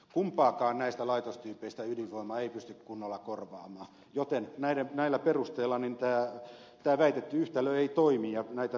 kumpaakaan näistä laitostyypeistä ydinvoima ei pysty kunnolla korvaamaan joten näillä perusteilla tämä väitetty yhtälö ei toimi ja näitä päästövähennyksiä ei tulla saamaan